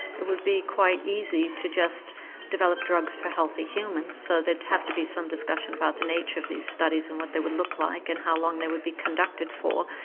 it would be quite easy to just develop drugs for healthy humans so there'd have to be some discussion about the nature of these studies and what they would look like and how long they would be conducted for.